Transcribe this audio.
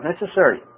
necessary